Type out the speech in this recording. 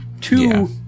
Two